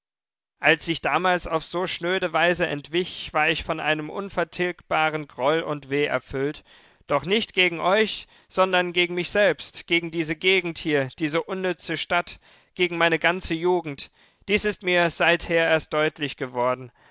als ich damals auf so schnöde weise entwich war ich von einem unvertilgbaren groll und weh erfüllt doch nicht gegen euch sondern gegen mich selbst gegen diese gegend hier diese unnütze stadt gegen meine ganze jugend dies ist mir seither erst deutlich geworden